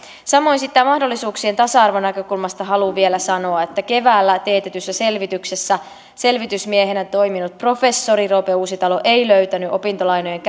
samoin sitten tästä mahdollisuuksien tasa arvon näkökulmasta haluan vielä sanoa että keväällä teetetyssä selvityksessä selvitysmiehenä toiminut professori roope uusitalo ei löytänyt opintolainojen